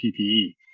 PPE